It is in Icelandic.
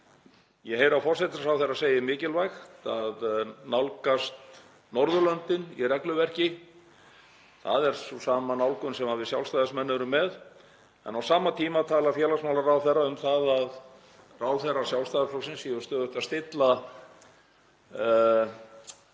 Ég heyri að forsætisráðherra segir mikilvægt að nálgast Norðurlöndin í regluverki. Það er sama nálgun sem við Sjálfstæðismenn erum með, en á sama tíma talar félagsmálaráðherra um það að ráðherrar Sjálfstæðisflokksins séu stöðugt að stilla